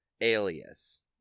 alias